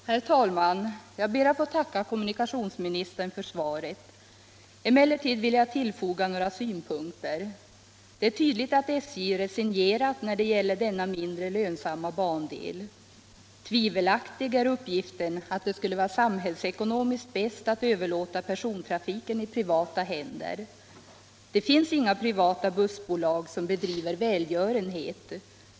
Herr talman! Jag ber att få tacka kommunikationsministern för svaret. Jag vill emellertid tillfoga några synpunkter. Det är tydligt att SJ resignerat när det gäller denna mindre lönsamma bandel. Tvivelaktig är uppgiften att det skulle vara samhällsekonomiskt bäst att överlåta persontrafiken på privata händer. Det finns inga privata bussbolag som bedriver välgörenhet.